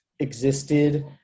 existed